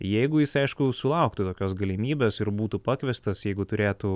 jeigu jis aišku sulauktų tokios galimybės ir būtų pakviestas jeigu turėtų